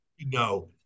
No